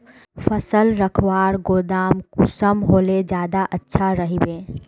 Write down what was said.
फसल रखवार गोदाम कुंसम होले ज्यादा अच्छा रहिबे?